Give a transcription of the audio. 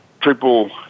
triple